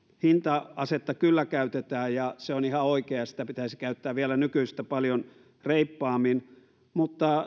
hinta asetta kyllä käytetään ja se on ihan oikein ja sitä pitäisi käyttää vielä nykyistä paljon reippaammin mutta